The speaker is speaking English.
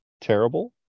terrible